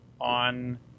on